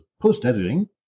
post-editing